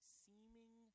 seeming